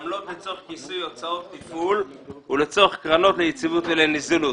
עמלות לצורך כיסוי הוצאות תפעול ולצורך קרנות ליציבות ולנזילות.